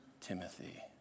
Timothy